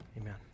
Amen